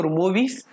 movies